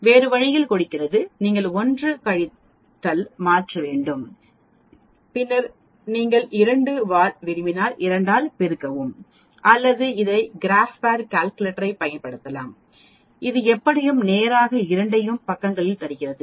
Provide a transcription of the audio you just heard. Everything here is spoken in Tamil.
வேறு வழியில் கொடுக்கிறது நீங்கள் 1 கழித்தல் மாற்ற வேண்டும் பின்னர் நீங்கள் இரண்டு வால் விரும்பினால் 2 ஆல் பெருக்கவும் அல்லது இந்த கிராபைட் கால்குலேட்டரைப் பயன்படுத்தலாம் இது எப்படியும் நேராக இரண்டையும் பக்கங்களிலும் தருகிறது